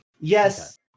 Yes